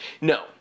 No